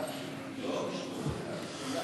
אדוני.